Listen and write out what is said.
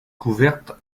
couverte